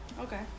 Okay